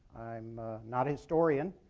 i'm not a historian,